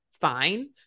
fine